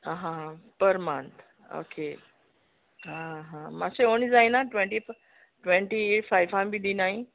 आं हां आं पर मंत ओके माश्शें उणें जायना ट्वँटी फ् ट्वँटी फायफा बी दिनाय